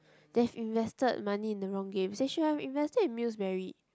they've invested money in the wrong games they should have invested in Mills Berry